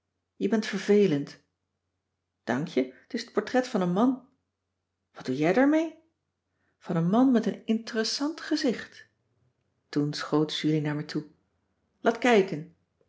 je bent vervelend dank je t is het portret van een man wat doe jij daar mee van een man met een interessant gezicht toen schoot julie naar me toe laat kijken